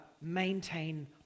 maintain